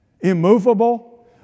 immovable